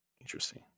Interesting